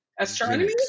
Astronomy